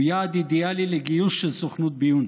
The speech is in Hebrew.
הוא יעד אידיאלי לגיוס של סוכנות ביון.